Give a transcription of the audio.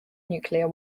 nuclear